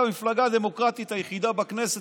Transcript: המפלגה הדמוקרטית היחידה בכנסת,